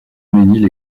mesnil